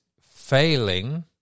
failing